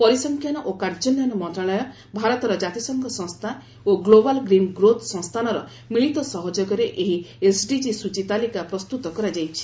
ପରିସଂଖ୍ୟାନ ଓ କାର୍ଯ୍ୟାନ୍ୱୟନ ମନ୍ତ୍ରଣାଳୟ ଭାରତର ଜାତିସଂଘ ସଂସ୍ଥା ଓ ଗ୍ଲୋବାଲ୍ ଗ୍ରୀନ୍ ଗ୍ରୋଥ୍ ସଂସ୍ଥାନର ମିଳିତ ସହଯୋଗରେ ଏହି ଏସ୍ଡିଜି ସୂଚୀ ତାଲିକା ପ୍ରସ୍ତୁତି କରାଯାଇଛି